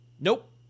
Nope